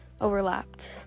overlapped